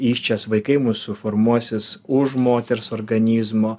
įsčias vaikai mūsų formuosis už moters organizmo